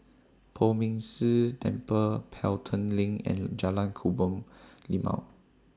Poh Ming Tse Temple Pelton LINK and Jalan Kebun Limau